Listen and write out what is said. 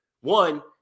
one –